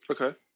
Okay